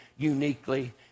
uniquely